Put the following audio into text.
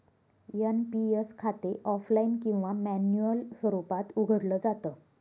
NPS खाते offline किंवा manual स्वरूपात उघडलं जात